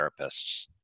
therapists